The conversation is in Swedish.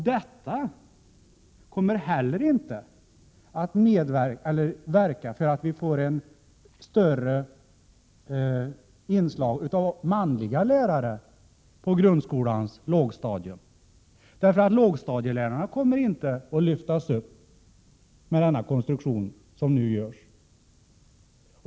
Detta kommer inte heller att leda till att vi får ett större inslag av manliga lärare på grundskolans lågstadium eller till att lågstadielärarna får någon höjning med den konstruktion som nu görs.